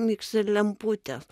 mirksi lemputės